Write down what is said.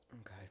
Okay